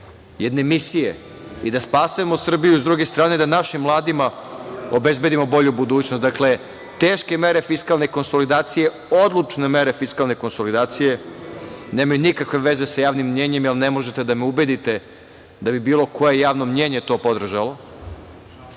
jedne misije, da spasemo Srbiju, a s druge strane da našim mladima obezbedimo bolju budućnost. Dakle, teške mere fiskalne konsolidacije, odlučne mere fiskalne konsolidacije nemaju nikakve veze sa javnim mnjenjem, jer ne možete da me ubedite da bi bilo koje javno mnjenje to podržalo,